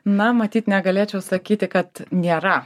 na matyt negalėčiau sakyti kad nėra